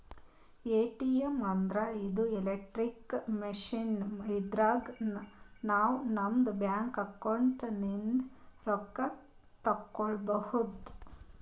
ATM ಅಂದ್ರ ಇದು electronic machine ಇದ್ರಾಗ್ ನಾವ್ ನಮ್ ಬ್ಯಾಂಕ್ ಅಕೌಂಟ್ ದಾಗಿಂದ್ ರೊಕ್ಕ ತಕ್ಕೋಬಹುದ್